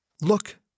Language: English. Look